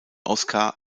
oscar